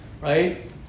Right